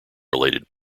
related